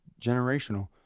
generational